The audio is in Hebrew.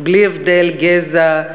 בלי הבדלי גזע,